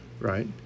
right